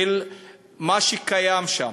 של מה שקיים שם.